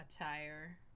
attire